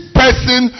person